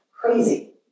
Crazy